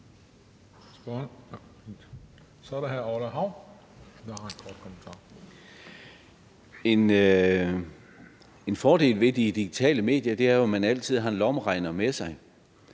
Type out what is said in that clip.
En fordel ved de digitale medier er jo, at man altid har en lommeregner med sig.